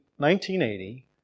1980